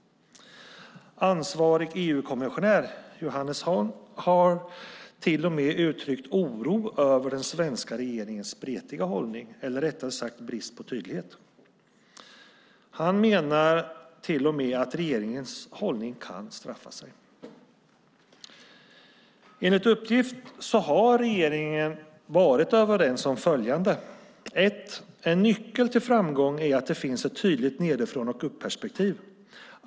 Ansvarig EU-kommissionär, Johannes Hahn, har till och med uttryckt oro över den svenska regeringens spretiga hållning, eller rättare sagt brist på tydlighet. Han menar till och med att regeringens hållning kan straffa sig. Enligt uppgift har regeringen varit överens om följande. 1. En nyckel till framgång är att det finns ett tydligt nedifrån-och-upp-perspektiv.